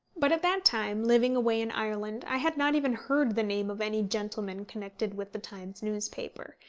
but at that time, living away in ireland, i had not even heard the name of any gentleman connected with the times newspaper,